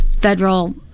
federal